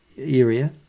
Area